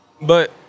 But-